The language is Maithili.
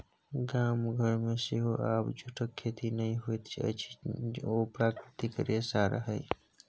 गाम घरमे सेहो आब जूटक खेती नहि होइत अछि ओ प्राकृतिक रेशा रहय